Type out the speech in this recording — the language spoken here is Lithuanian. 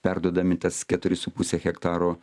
perduodami tas keturi su puse hektaro